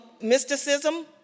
mysticism